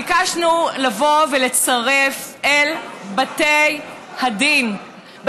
ביקשנו לבוא ולצרף אל בתי הדין,